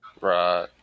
Right